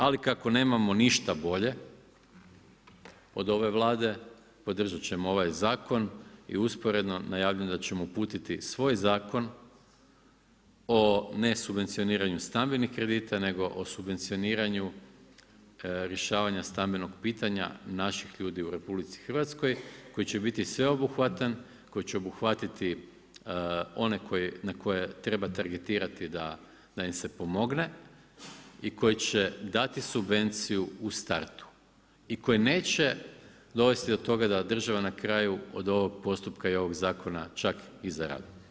Ali kako nemamo ništa bolje od ove Vlade, podržat ćemo ovaj zakon i usporedno najavljujem da ćemo uputiti svoj Zakon o nesubvencioniranju stambenih kredita, nego o subvencioniranju rješavanja stambenih pitanja naših ljudi u RH, koji će biti sveobuhvatan, koji će obuhvatiti one na koje treba targetirati da im se pomogne i koji će dati subvenciju u startu i koji neće dovesti do toga da država na kraju od ovog postupka i ovog zakona čak i zaradi.